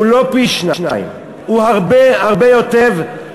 הוא לא פי-שניים, הוא הרבה יותר,